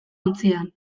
ontzian